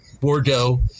Bordeaux